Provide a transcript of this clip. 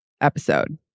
episode